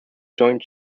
joint